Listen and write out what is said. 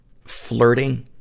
flirting